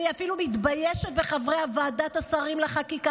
אני אפילו מתביישת בחברי ועדת השרים לחקיקה,